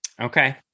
Okay